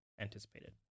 anticipated